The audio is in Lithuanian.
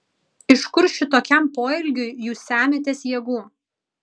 iš kur šitokiam poelgiui jūs semiatės jėgų